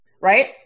Right